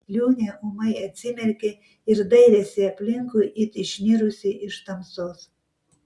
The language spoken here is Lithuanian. liūnė ūmai atsimerkė ir dairėsi aplinkui it išnirusi iš tamsos